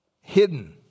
Hidden